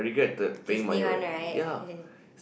Disney One right